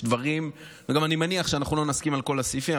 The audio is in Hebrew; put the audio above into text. אני גם מניח שאנחנו לא נסכים על כל הסעיפים,